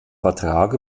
vertrag